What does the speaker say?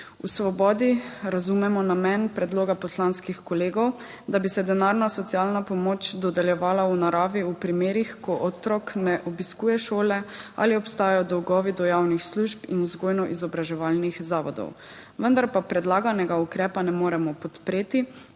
V Svobodi razumemo namen predloga poslanskih kolegov, da bi se denarna socialna pomoč dodeljevala v naravi v primerih, ko otrok ne obiskuje šole ali obstajajo dolgovi do javnih služb in vzgojno-izobraževalnih zavodov. Vendar pa predlaganega ukrepa ne moremo podpreti,